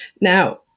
Now